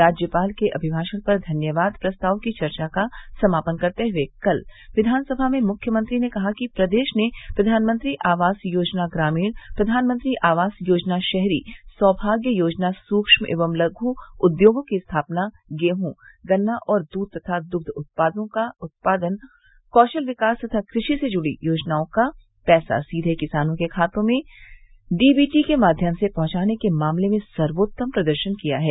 राज्यपाल के अभिभाषण पर धन्यवाद प्रस्ताव की चर्चा का समापन करते हुए कल विधानसभा में मुख्यमंत्री ने कहा कि प्रदेश ने प्रधानमंत्री आवास योजना ग्रामीण प्रधानमंत्री आवास योजना शहरी सौभाग्य योजना सूह्म एवं लघ् उद्योगों की स्थापना गेहूं गन्ना और दूध तथा दुध पदार्थो का उत्पादन कौशल विकास तथा कृषि से जुड़ी योजनाओं का पैसा सीधे किसानों के खाते में डीबीटी के माध्यम से पहुंचाने के मामले में सर्वोत्तम प्रदर्शन किया है